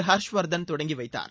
ஹர்ஷ்வர்தன் தொடங்கி வைத்தார்